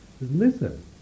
listen